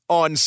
on